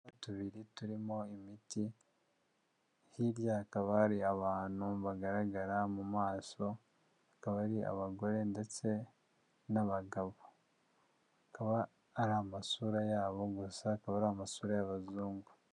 Tubiri turimo imiti hirya hakaba hari abantu bagaragara mu maso akaba ari abagore ndetse n'abagabo, hakaba ari amasura yabo gusa akaba ari amasura y'abazungu.